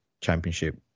championship